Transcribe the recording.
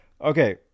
Okay